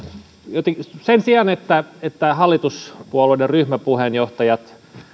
jotenkin sen sijaan että että hallituspuolueiden ryhmäpuheenjohtajat